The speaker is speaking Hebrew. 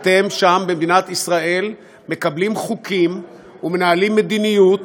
אתם שם במדינת ישראל מקבלים חוקים ומנהלים מדיניות